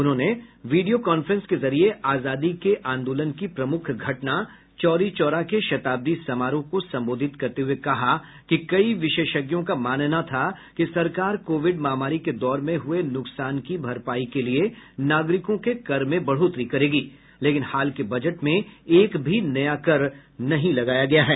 उन्होंने video conference के जरिये आजादी के आंदोलन की प्रमुख घटना चौरी चौरा के शताब्दी समारोह को संबोधित करते हुए कहा कि कई विशेषज्ञों का मानना था कि सरकार कोविड महामारी के दौर में हुए नुकसान की भरपाई के लिए नागरिकों के कर में बढ़ोतरी करेगी लेकिन हाल के बजट में एक भी नया कर नहीं लगाया गया है